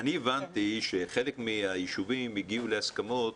אני הבנתי שחלק מהישובים להסכמות,